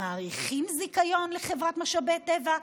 מאריכים זיכיון לחברת משאבי טבע,